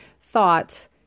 thought